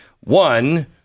One